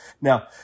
Now